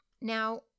Now